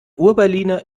urberliner